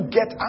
get